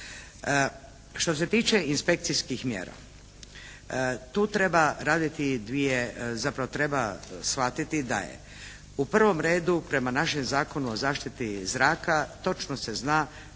Što se tiče inspekcijskih mjera tu treba raditi dvije, zapravo treba shvatiti da je u prvom redu prema našem Zakonu o zaštiti zraka točno se zna